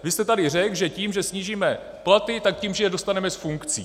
Vy jste tady řekl, že tím, že snížíme platy, tak je dostaneme z funkcí.